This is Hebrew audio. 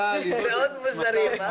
מאוד מוזרים.